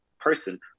person